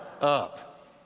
up